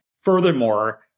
Furthermore